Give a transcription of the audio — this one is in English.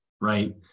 right